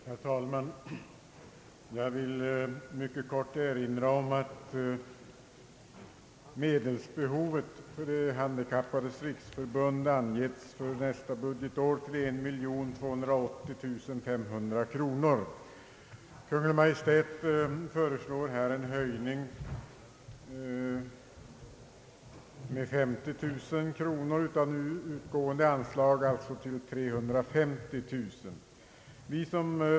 Herr talman! Jag vill mycket kort erinra om att medelsbehovet för De handikappades riksförbund för nästa budgetår angetts till 1 280500 kronor. Kungl. Maj:t föreslår en höjning med 50 000 kronor av nu utgående anslag, dvs. till 350 000 kronor.